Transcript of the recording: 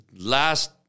last